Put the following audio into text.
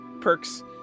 perks